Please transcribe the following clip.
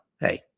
Hey